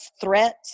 threat